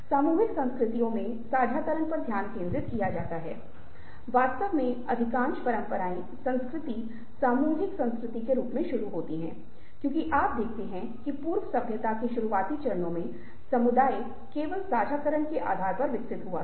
आप अपनी आवाज़ में उत्साह ला रहे हैं अपनी आवाज़ में उदासी ला रहे हैं अब ये भावनाएं जो आम तौर पर अन्य दो गैर मौखिक मोड के माध्यम से बहुत आसानी से परिलक्षित होती हैं चेहरे के भाव हावभाव और मुद्राएं संयुक्त है जो कि गायब है